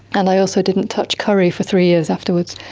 and i also didn't touch curry for three years afterwards.